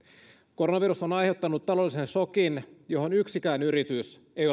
koronavirus on on aiheuttanut taloudellisen sokin johon yksikään yritys ei